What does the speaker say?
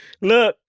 Look